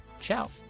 Ciao